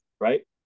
right